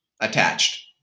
attached